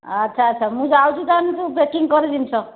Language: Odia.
ଆଚ୍ଛା ଆଚ୍ଛା ମୁଁ ଯାଉଛି ତାହେଲେ ତୁ ପେକିଂ କରେ ଜିନିଷ